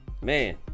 Man